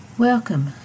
Welcome